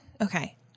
okay